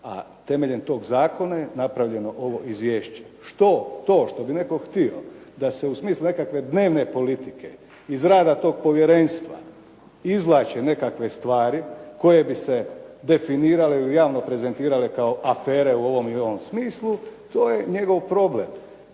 a temeljem tog zakona je napravljeno ovo izvješće. To što bi netko htio da se u smislu nekakve dnevne politike iz rada tog povjerenstva izvlače nekakve stvari koje bi se definirale ili javno prezentirale kao afere u ovom ili onom smislu, to je njegov problem.